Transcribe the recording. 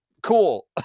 Cool